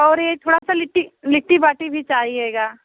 और यही थोड़ा सा लिट्टी लिट्टी बाटी भी चाहिएगा